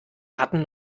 karten